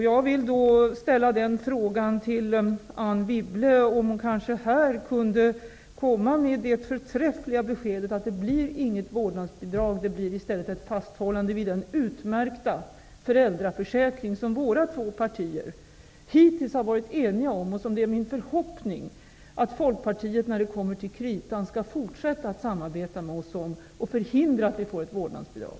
Jag vill då fråga Anne Wibble om hon här kan komma med det förträffliga beskedet att det inte blir något vårdnadsbidrag, utan att det i stället blir ett fasthållande vid den utmärkta föräldraförsäkring, som våra två partier hittills har varit eniga om. Det är min förhoppning att Folkpartiet, när det kommer till kritan, skall fortsätta att samarbeta med oss och därmed förhindra genomförandet av ett vårdnadsbidrag.